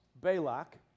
Balak